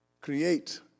create